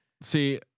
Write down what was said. See